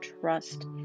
trust